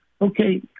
Okay